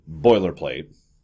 boilerplate